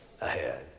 ahead